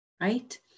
right